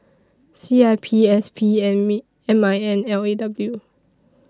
C I P S P and Me M I N L A W